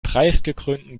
preisgekrönten